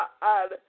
God